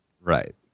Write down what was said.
Right